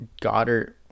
goddard